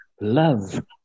love